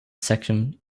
section